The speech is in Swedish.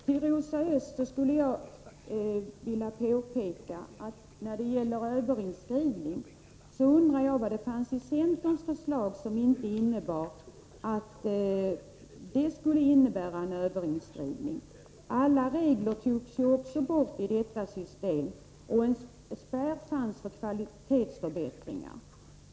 Till Rosa Östh skulle jag vilja säga beträffande överinskrivning att jag undrar vad det fanns för något i centerns förslag som skulle förhindra överinskrivning. Alla sådana regler togs ju också bort i detta system, och en spärr fanns för kvalitetsförbättringar.